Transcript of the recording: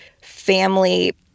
family